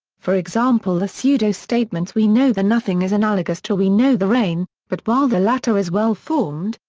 for example the pseudo-statements we know the nothing is analogous to we know the rain, but while the latter is well-formed,